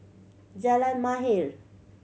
Jalan Mahir